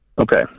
Okay